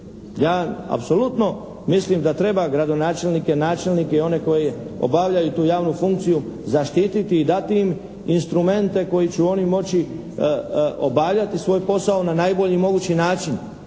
ja apsolutno mislim da treba gradonačelnike, načelnike i one koji obavljaju tu javnu funkciju zaštititi i dati im instrumente koji će oni moći obavljati svoj posao na najbolji mogući način.